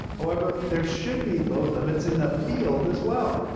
however, there should be load limits in the field as well.